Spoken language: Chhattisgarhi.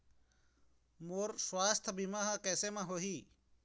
मोर सुवास्थ बीमा कैसे म होही?